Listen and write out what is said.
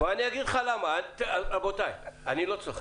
אני לא צוחק.